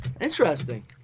Interesting